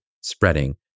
spreading